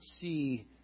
see